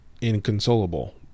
inconsolable